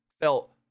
felt